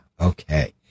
okay